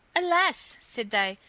alas! said they,